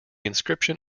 inscription